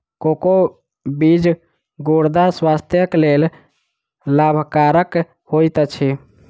cocoa बीज गुर्दा स्वास्थ्यक लेल लाभकरक होइत अछि